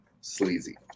sleazy